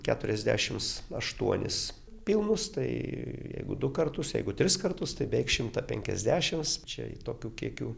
keturiasdešims aštuonis pilnus tai jeigu du kartus jeigu tris kartus tai beveik šimtą penkiasdešims čia tokių kiekių